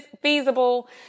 feasible